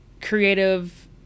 creative